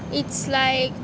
it's like